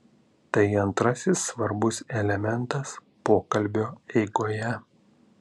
tai antrasis svarbus elementas pokalbio eigoje